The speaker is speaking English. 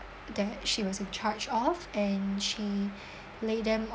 that she was in charged of and she lay them on